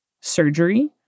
surgery